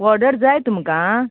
order जाय तुमकां